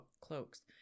cloaks